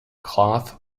cloth